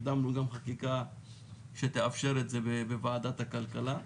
קידמנו גם חקיקה שתאפשר את זה, בוועדת הכלכלה.